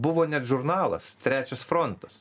buvo net žurnalas trečias frontas